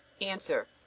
Answer